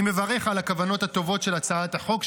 אני מברך על הכוונות הטובות של הצעת החוק,